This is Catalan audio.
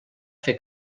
fer